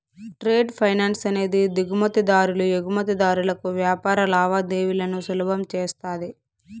trade finance అనేది దిగుమతి దారులు ఎగుమతిదారులకు వ్యాపార లావాదేవీలను సులభం చేస్తది